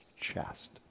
chest